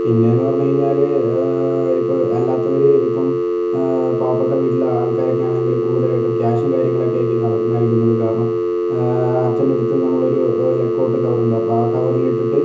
പിന്നെന്ന് പറഞ്ഞു കഴിഞ്ഞാല് ഇപ്പോൾ അല്ലാത്തവര് ഇപ്പം പാവപ്പെട്ട വീട്ടിലെ ആൾക്കാരൊക്കെയാണെങ്കില് കൂടുതലായിട്ടും ക്യാഷും കാര്യങ്ങളൊക്കെ ആയിരിക്കും നട നൽകുന്നത് കാരണം അച്ഛൻ്റെ അടുത്ത് നമ്മളൊരു ലക്കോട്ട് കവർ ഉണ്ട് അപ്പം ആ കവറിൽ ഇട്ടിട്ട്